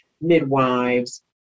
midwives